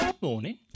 morning